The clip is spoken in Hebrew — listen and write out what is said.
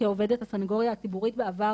כעובדת הסנגוריה הציבורית בעבר,